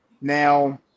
Now